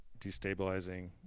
destabilizing